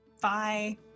Bye